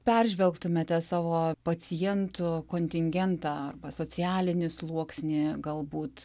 peržvelgtumėte savo pacientų kontingentą arba socialinį sluoksnį galbūt